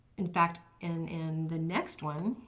in fact, in in the next one,